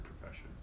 profession